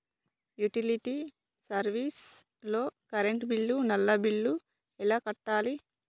Utility service లో current bill, నల్లా bill ఎలా కట్టాలి?